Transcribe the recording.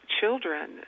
children